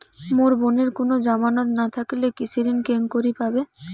মোর বোনের কুনো জামানত না থাকিলে কৃষি ঋণ কেঙকরি পাবে?